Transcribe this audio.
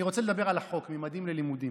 אני רוצה לדבר על חוק ממדים ללימודים.